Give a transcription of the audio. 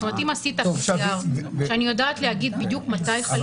זאת אומרת אם עשית PCR שאני יודעת להגיד בדיוק מתי חלית.